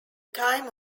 time